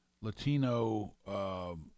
Latino